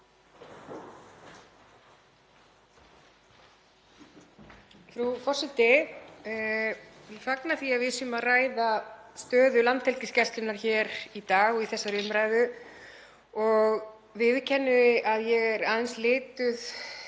Frú forseti. Ég fagna því að við séum að ræða stöðu Landhelgisgæslunnar hér í dag í þessari umræðu og viðurkenni að ég er aðeins lituð